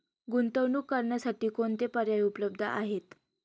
गुंतवणूक करण्यासाठी कोणते पर्याय उपलब्ध आहेत?